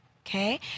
Okay